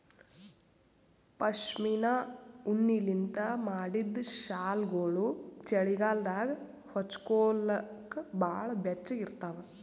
ಪಶ್ಮಿನಾ ಉಣ್ಣಿಲಿಂತ್ ಮಾಡಿದ್ದ್ ಶಾಲ್ಗೊಳು ಚಳಿಗಾಲದಾಗ ಹೊಚ್ಗೋಲಕ್ ಭಾಳ್ ಬೆಚ್ಚಗ ಇರ್ತಾವ